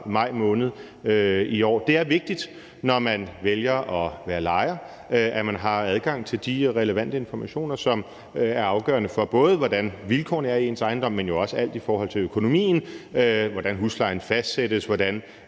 maj måned i år. Det er vigtigt, når man vælger at være lejer, at man har adgang til de relevante informationer, som både er afgørende for, hvordan vilkårene er i ens ejendom, men jo også i forhold til økonomien, hvordan huslejen fastsættes og hvordan